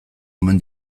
omen